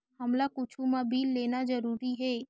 हमला कुछु मा बिल लेना जरूरी हे?